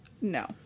No